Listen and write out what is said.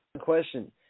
question